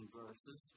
verses